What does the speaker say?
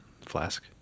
flask